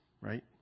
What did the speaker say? right